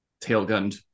tailgunned